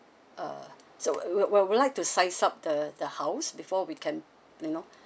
uh so we'll we'll we'll like to side up the the house before we can you know